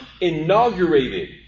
inaugurated